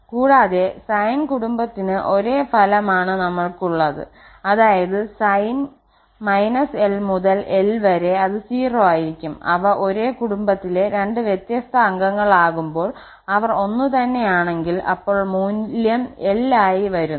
കൂടാതെ സൈൻ കുടുംബത്തിന് ഒരേ ഫലം ആണ് നമ്മൾക്ക് ഉള്ളത്അതായത് സൈൻ −𝑙 മുതൽ 𝑙 വരെഅത് 0 ആയിരിക്കുംഅവ ഒരേ കുടുംബത്തിലെ രണ്ട് വ്യത്യസ്ത അംഗങ്ങളാകുമ്പോൾ അവർ ഒന്നുതന്നെയാണെങ്കിൽഅപ്പോൾ മൂല്യം 𝑙 ആയി വരുന്നു